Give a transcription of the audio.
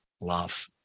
love